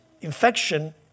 infection